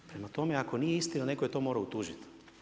Prema tome, ako nije istina netko je to morao utužiti.